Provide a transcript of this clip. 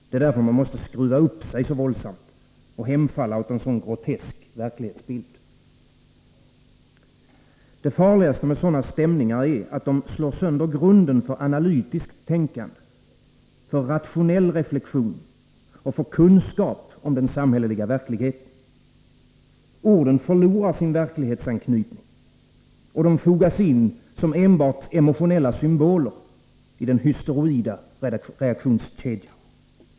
Det är därför man måste skruva upp sig så våldsamt och hemfalla åt en sådan grotesk verklighetsbild. Det farligaste med sådana stämningar är, att de slår sönder grunden för analytiskt tänkande, för rationell reflexion och för kunskap om den samhälleliga verkligheten. Orden förlorar sin verklighetsanknytning. De fogas in som enbart emotionella symboler i den hysteroida reaktionskedjan.